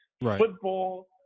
Football